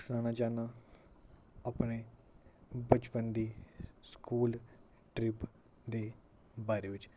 सनाना चाह्ना अपने बचपन दी स्कूल ट्रिप दे बारे बिच